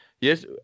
yes